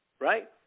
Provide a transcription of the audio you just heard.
right